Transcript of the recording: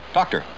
Doctor